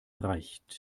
reicht